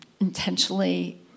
intentionally